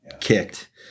kicked